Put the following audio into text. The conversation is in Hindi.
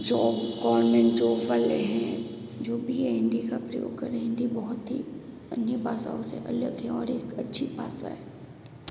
जॉब गोवरमेंट वाले हैं जो भी हैं हिंदी का प्रयोग कर रहे हैं हिंदी बहुत ही अन्य भाषाओं से अलग है और एक अच्छी भाषा है